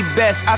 best